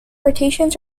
rotations